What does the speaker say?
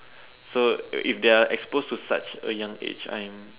so uh if they are expose to such a young age I am